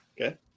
Okay